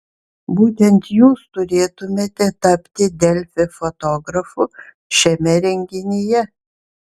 būtent jūs turėtumėte tapti delfi fotografu šiame renginyje